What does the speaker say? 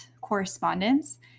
correspondence